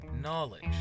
knowledge